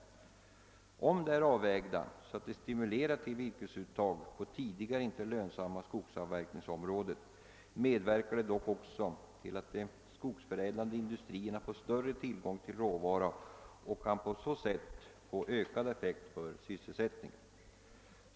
Om de är avvägda så att de stimulerar till virkesuttag på tidigare icke lönsamma skogsavverkningsområden, medverkar de dock också till att de skogsförädlande industrierna får större tillgång till råvara och kan på så sätt få ökad effekt för sysselsättningen.